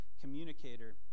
communicator